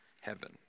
heaven